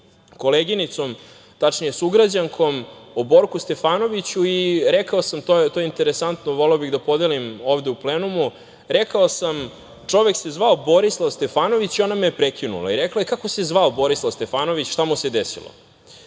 koleginicom, tačnije sugrađankom, o Borku Stefanoviću i rekao sam, to je interesantno, voleo bih da podelim ovde u plenumu, rekao sam – čovek se zvao Borislav Stefanović. Ona me je prekinula i rekla je – kako sve zvao Borislav Stefanović, šta mu se desilo?